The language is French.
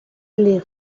les